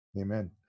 Amen